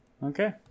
Okay